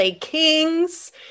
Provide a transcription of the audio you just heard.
Kings